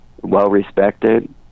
well-respected